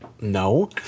No